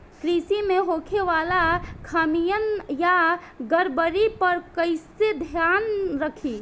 कृषि में होखे वाला खामियन या गड़बड़ी पर कइसे ध्यान रखि?